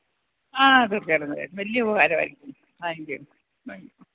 ആ തീർച്ചയായിട്ടും വലിയ ഉപകാരമായിരിക്കും താങ്ക് യൂ ബൈ